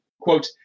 Quote